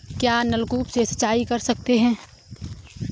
क्या नलकूप से सिंचाई कर सकते हैं?